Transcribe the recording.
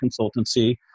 consultancy